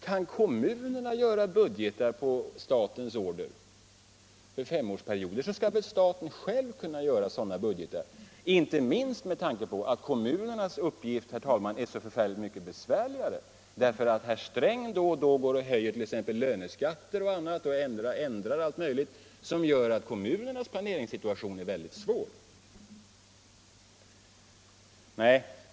Kan kom munerna göra budgetar på statens order för femårsperioder, så skall väl staten själv kunna göra sådana budgetar, inte minst med tanke på att kommunernas uppgift är så mycket besvärligare. Herr Sträng går ju då och då och höjer löneskatten och ändrar allt möjligt annat, vilket gör att kommunernas planeringssituation är väldigt svår.